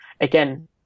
again